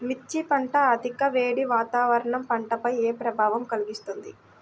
మిర్చి పంట అధిక వేడి వాతావరణం పంటపై ఏ ప్రభావం కలిగిస్తుంది?